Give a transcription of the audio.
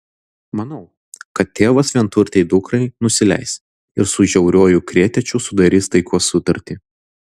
manau kad tėvas vienturtei dukrai nusileis ir su žiauriuoju kretiečiu sudarys taikos sutartį